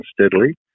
steadily